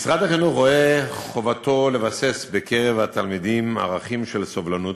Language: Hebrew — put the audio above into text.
משרד החינוך רואה חובתו לבסס בקרב התלמידים ערכים של סובלנות,